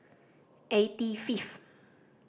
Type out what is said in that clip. eighty fifth